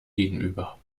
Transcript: gegenüber